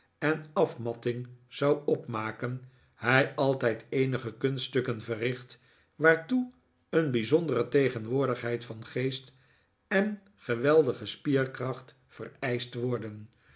en afmatting zou opmaken hij altijd eenige kunststukken verricht waartoe een bijzondere tegenwoordigheid van geest en geweldige spierkracht vereischt worden